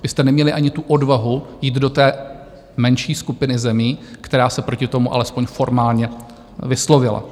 Vy jste neměli ani tu odvahu jít do té menší skupiny zemí, která se proti tomu alespoň formálně vyslovila.